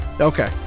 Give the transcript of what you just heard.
Okay